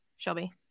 Shelby